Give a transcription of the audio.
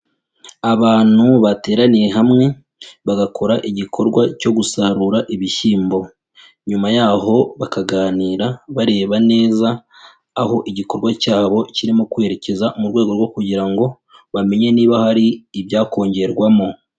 Abantu bateraniye hamwe bagakora igikorwa cyo gusarura ibishyimbo, nyuma yaho bakaganira bareba neza aho igikorwa cyabo kirimo kwerekeza mu rwego rwo kugira ngo bamenye niba hari ibyakongerwamo.